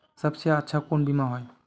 सबसे अच्छा कुन बिमा होय?